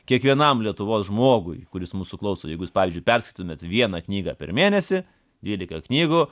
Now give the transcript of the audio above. kiekvienam lietuvos žmogui kuris mūsų klauso jeigu jūs pavyzdžiui perskaitytumėt vieną knygą per mėnesį dvylika knygų